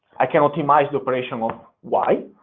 i can optimize the operation of y,